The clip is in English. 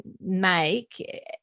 make